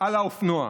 על האופנוע.